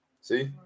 See